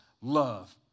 love